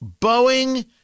Boeing